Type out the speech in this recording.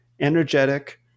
energetic